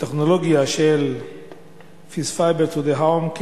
בטכנולוגיה של fiber to the home .